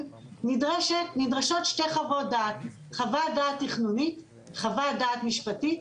נדרשות שתי חוות דעות: חוות דעת תכנונית וחוות דעת משפטית,